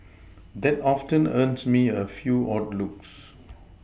that often earns me a few odd looks